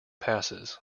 passes